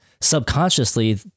subconsciously